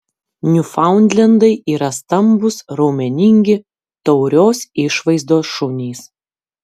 niufaundlendai yra stambūs raumeningi taurios išvaizdos šunys